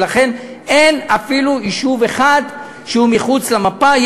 ולכן אין אפילו יישוב אחד שהוא מחוץ למפה.